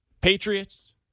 Patriots